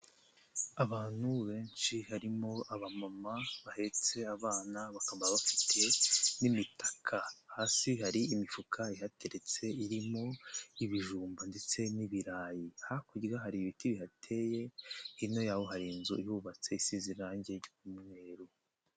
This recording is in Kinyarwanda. Abantu benshi, harimo abamama bahetse abana, bakaba bafite n'imitaka, hasi hari imifuka ihateretse, irimo ibijumba ndetse n'ibirayi, hakurya hari ibiti bihateye, hino yawe hari inzu ihubatse, isize irangi ry'umweru.